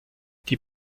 die